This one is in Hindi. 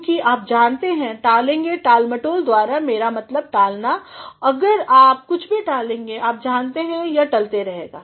क्योंकि आप जानते हैं टालेंगेटालमटोल द्वारा मेरा मतलब टालनाअगर आप कुछ टालेंगेआप जानते हैं यह टलते रहेगा